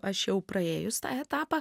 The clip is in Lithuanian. aš jau praėjus tą etapą